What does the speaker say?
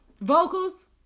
Vocals